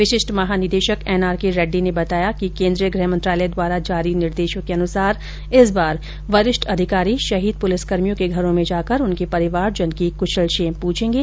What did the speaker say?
विशिष्ठ महानिदेशक एनआरके रेड्डी ने बताया कि केन्द्रीय गृह मंत्रालय द्वारा जारी निर्देशों के अनुसार इस बार वरिष्ठ अधिकारी शहीद पुलिसकर्मियों के घरों में जाकर उनके परिवारजनों की कूशलक्षेम प्रछेंगे